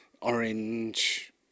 orange